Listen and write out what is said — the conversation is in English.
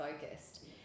focused